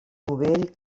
novell